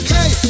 Hey